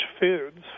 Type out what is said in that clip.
foods